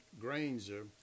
Granger